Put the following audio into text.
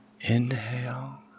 Inhale